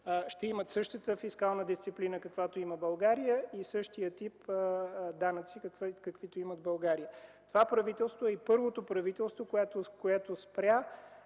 ще имат същата фискална дисциплина – каквато има България, и същия тип данъци, каквито има в България. Това правителство е първото, което спря